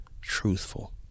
truthful